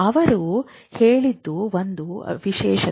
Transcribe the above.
ಅವರು ಹೇಳಿದ್ದು ಒಂದು ವಿಶೇಷತೆ